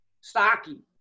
stocky